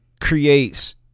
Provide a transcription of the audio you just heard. creates